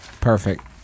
perfect